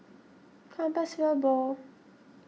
Compassvale Bow